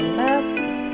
left